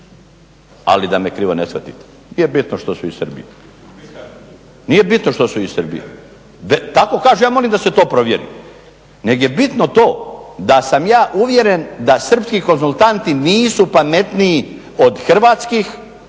Ali da me krivo ne shvatite nije bitno što su iz Srbije, nije bitno što su iz Srbije, tako kaže, ja molim da se to provjeri nego je bitno to da sam ja uvjeren da srpski konzultanti nisu pametniji od hrvatskih